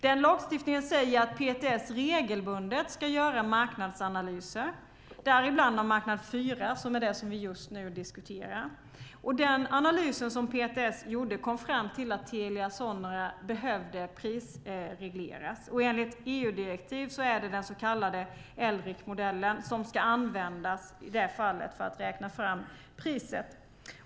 Den lagstiftningen säger att PTS regelbundet ska göra marknadsanalyser, däribland av marknad 4 som är det vi diskuterar just nu. Den analys PTS gjorde kom fram till att Telia Sonera behövde prisregleras. Enligt EU-direktiv är det den så kallade LRIC-modellen som i det fallet ska användas för att räkna fram priset.